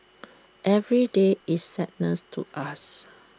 every day is sadness to us